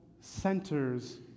centers